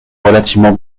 relativement